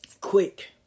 Quick